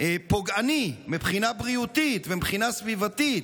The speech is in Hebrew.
פוגעני מבחינה בריאותית ומבחינה סביבתית,